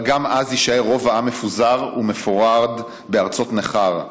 אבל גם אז יישאר רוב העם מפוזר ומפורד בארצות נכר.